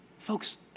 Folks